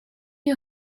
you